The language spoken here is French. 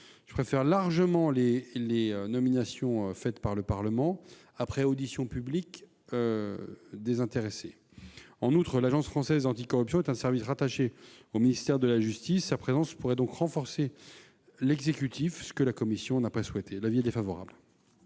Je préfère les nominations décidées par le Parlement, après audition publique des intéressés. En outre, l'Agence française anticorruption est un service rattaché au ministère de la justice ; sa présence pourrait donc renforcer l'exécutif, ce que la commission ne souhaite pas. Avis défavorable.